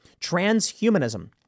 Transhumanism